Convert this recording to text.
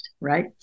right